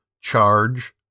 charge